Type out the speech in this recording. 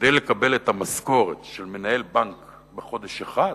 כדי לקבל את המשכורת של מנהל בנק בחודש אחד,